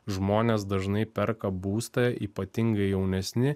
žmonės dažnai perka būstą ypatingai jaunesni